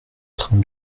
train